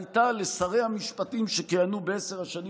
הייתה לשרי המשפטים שכיהנו בעשר השנים